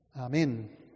Amen